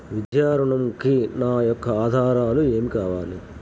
విద్యా ఋణంకి నా యొక్క ఆధారాలు ఏమి కావాలి?